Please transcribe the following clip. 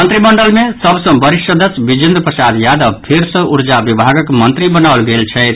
मंत्रिमंडल मे सभ सँ वरिष्ठ सदस्य बिजेन्द्र प्रसाद यादव फेर सँ ऊर्जा विभागक मंत्री बनाओल गेल छथि